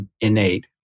innate